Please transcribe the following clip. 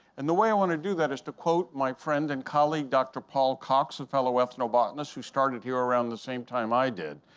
and the way i want to do that is to quote my friend and colleague, dr. paul cox, a fellow ethnobotanist who started you around the same time i did.